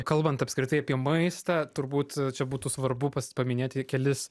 kalbant apskritai apie maistą turbūt čia būtų svarbu paminėti kelis